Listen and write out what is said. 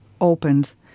opens